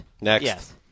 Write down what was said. Next